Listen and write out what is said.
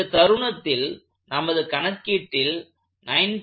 இந்த தருணத்தில் நமது கணக்கீட்டில் 9